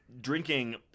drinking